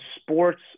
sports